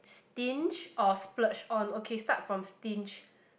stinge or splurge on okay start from stinge